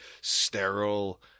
sterile